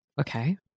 Okay